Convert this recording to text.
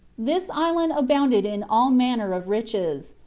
this island abounded in all manner of riches.